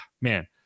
man